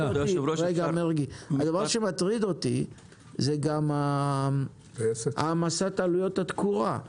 הדבר שמטריד אותי זה גם העמסת עלויות התקורה.